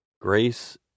Grace